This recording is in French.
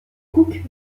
cook